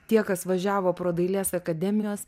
tie kas važiavo pro dailės akademijos